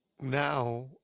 now